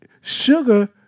sugar